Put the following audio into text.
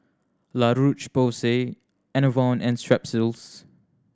La Roche Porsay Enervon and Strepsils